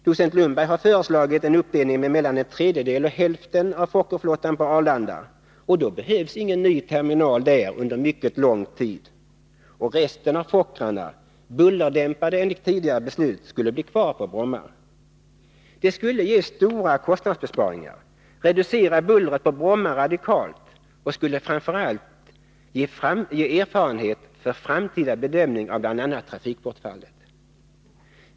Docent Bo Lundberg har föreslagit en uppdelning, så att mellan en tredjedel och hälften av Fokkerflottan flyttades till Arlanda — och då behövs ingen ny terminal där under mycket lång tid — och resten av Fokkrarna, bullerdämpade enligt tidigare beslut, skulle bli kvar på Bromma. Det skulle ge stora kostnadsbesparingar, reducera bullret på Bromma radikalt och skulle framför allt ge erfarenhet för framtida bedömning av bl.a. trafikbortfallet.